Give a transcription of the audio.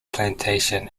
plantation